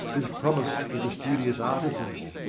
is promis'd to the studious artizan!